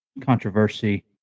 controversy